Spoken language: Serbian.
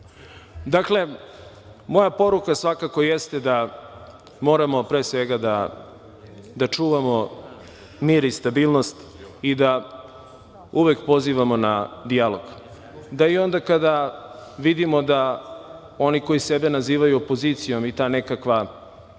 moja poruka svakako jeste da moramo, pre svega, da čuvamo mir i stabilnost i da uvek pozivamo na dijalog, da i onda kada vidimo da oni koji sebe nazivaju opozicijom i ta nekakva